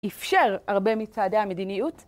איפשר הרבה מצעדי המדיניות.